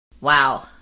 Wow